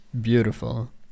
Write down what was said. beautiful